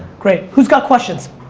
great, who's got questions?